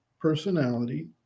personality